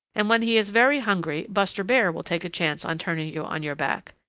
and when he is very hungry buster bear will take a chance on turning you on your back.